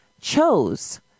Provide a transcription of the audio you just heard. chose